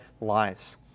lies